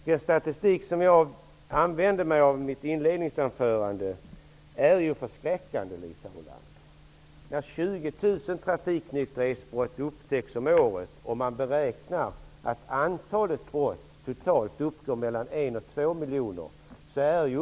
Den statistik som jag använde mig av i mitt inledningsanförande är ju förskräckande, Liisa Rulander. 20 000 trafiknykterhetsbrott upptäcks varje år, och man beräknar att antalet brott totalt uppgår till mellan en miljon och två miljoner.